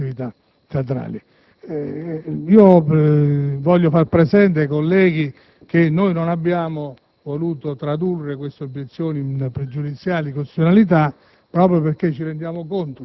agli immobili destinati ad attività teatrali. Desidero far presente ai colleghi che non abbiamo voluto tradurre queste obiezioni in una pregiudiziale di costituzionalità